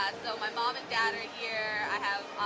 ah so my mom and dad are here,